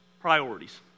priorities